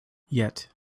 yet